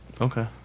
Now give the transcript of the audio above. Okay